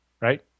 Right